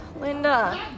Linda